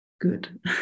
good